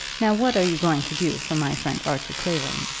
now what are you going to do for my friend archie clavering?